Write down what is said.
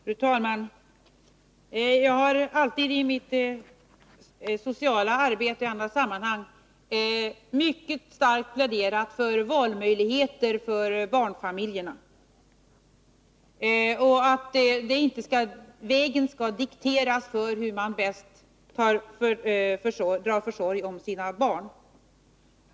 Fru talman! Jag har alltid i mitt sociala arbete, liksom också i andra sammanhang, mycket starkt pläderat för att det skall finnas valmöjligheter för barnfamiljerna och för att man inte skall diktera för människorna hur de bäst skall dra försorg om sina barn.